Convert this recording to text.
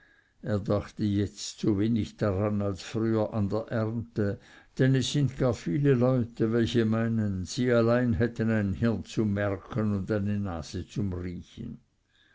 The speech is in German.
er dachte jetzt so wenig daran als früher an der ernte denn es sind gar viele leute welche meinen sie alleine hätten ein hirn zum merken und eine nase zum riechen